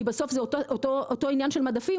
בסופו של דבר זה אותו עניין של מדפים,